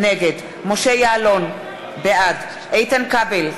נגד משה יעלון, בעד איתן כבל,